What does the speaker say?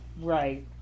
right